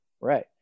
Right